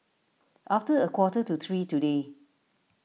after a quarter to three today